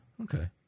Okay